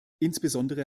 insbesondere